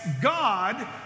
God